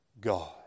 God